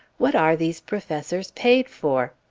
what are these professors paid for?